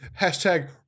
Hashtag